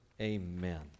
Amen